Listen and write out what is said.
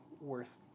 worth